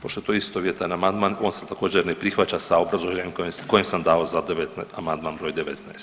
Pošto je to istovjetan amandman on se također ne prihvaća sa obrazloženjem koje sam dao za 19, amandman broj 19.